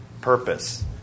purpose